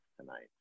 tonight